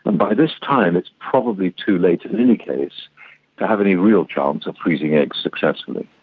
and by this time it's probably too late in any case to have any real chance of freezing eggs successfully.